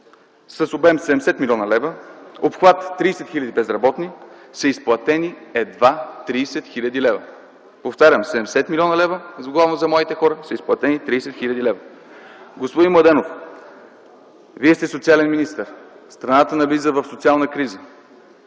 с обем 70 млн. лв. и обхват 30 хил. безработни – са изплатени едва 30 хил. лв. Повтарям, 70 млн. лв. главно за младите хора са изплатени 30 хил. лв. Господин Младенов, Вие сте социален министър. Страната навлиза в социална криза.